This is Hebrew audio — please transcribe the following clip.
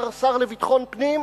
השר לביטחון פנים,